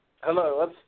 Hello